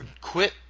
Quit